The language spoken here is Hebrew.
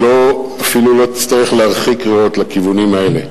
אפילו לא תצטרך להרחיק ראות לכיוונים האלה,